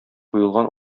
куелган